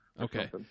Okay